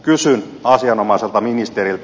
kysyn asianomaiselta ministeriltä